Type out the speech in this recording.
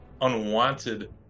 unwanted